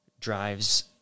drives